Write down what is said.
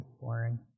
Boring